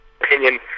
opinion